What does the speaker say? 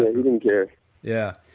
ah he didn't care yeah.